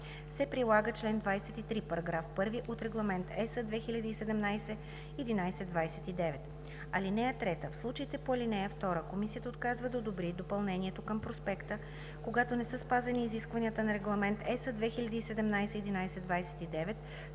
се прилага чл. 23, параграф 1 от Регламент (EС) 2017/1129. (3) В случаите по ал. 2 комисията отказва да одобри допълнението към проспекта, когато не са спазени изискванията на Регламент (EС) 2017/1129,